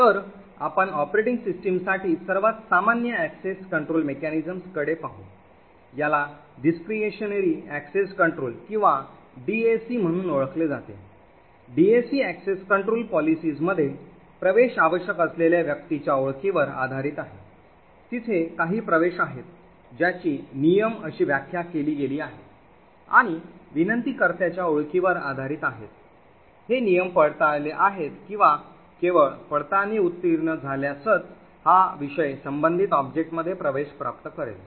तर आपण operating system साठी सर्वात सामान्य access control mechanism कडे पाहू याला Discretionary access control किंवा डीएसी म्हणून ओळखले जाते DAC access control policies मध्ये प्रवेश आवश्यक असलेल्या व्यक्तीच्या ओळखीवर आधारित आहे तिथे काही प्रवेश आहेत ज्याची नियम अशी व्याख्या केली गेली आहे आणि विनंतीकर्त्याच्या ओळखीवर आधारित आहेत हे नियम पडताळले आहेत आणि केवळ पडताळणी उत्तीर्ण झाल्यासच हा विषय संबंधित ऑब्जेक्टमध्ये प्रवेश प्राप्त करेल